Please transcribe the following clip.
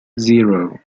zero